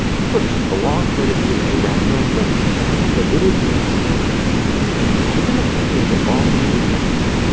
first, the long thread of dna wraps around proteins clustered into little beads called nucleosomes, which end up looking like a long, beaded necklace.